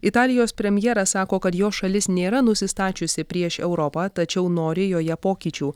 italijos premjeras sako kad jo šalis nėra nusistačiusi prieš europą tačiau nori joje pokyčių